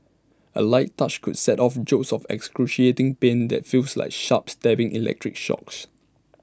A light touch could set off jolts of excruciating pain that feels like sharp stabbing electric shocks